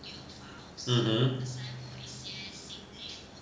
mmhmm